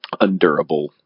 undurable